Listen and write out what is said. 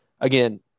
again